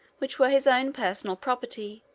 which were his own personal property,